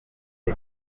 ari